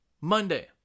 Monday